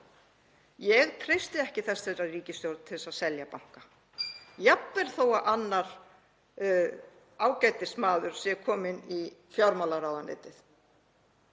Ég treysti ekki þessari ríkisstjórn til að selja banka jafnvel þó að annar ágætismaður sé kominn í fjármálaráðuneytið.